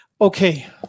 Okay